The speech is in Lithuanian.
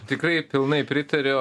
tikrai pilnai pritariau